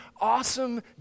awesome